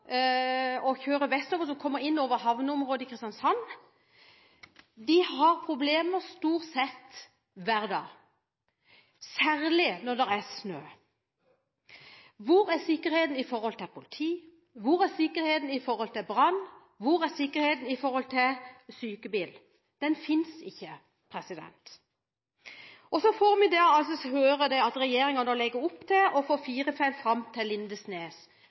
og kjører vestover, har problemer stort sett hver dag, særlig når det er snø. Hvor er sikkerheten med tanke på politi, hvor er sikkerheten med tanke på brann, hvor er sikkerheten med tanke på sykebil? Den finnes ikke. Så får vi høre at regjeringen nå legger opp til å få fire felt fram til Lindesnes.